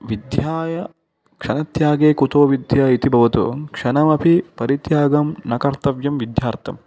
विद्याय क्षणत्यागे कुतो विद्या इति भवतु क्षणमपि परित्यागं न कर्तव्यं विद्यार्थं